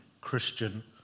Christian